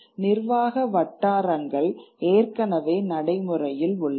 நிர்வாக வட்டாரங்கள் ஏற்கனவே நடைமுறையில் உள்ளன